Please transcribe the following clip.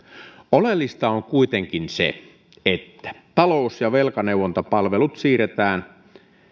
oleellista on kuitenkin se että talous ja velkaneuvontapalvelut siirretään